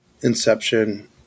Inception